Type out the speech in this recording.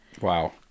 Wow